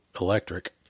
electric